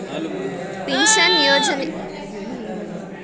Pension ಯೋಜನ ಬಗ್ಗೆ ಮಾಹಿತಿ ಎಲ್ಲ ಕೇಳಬಹುದು?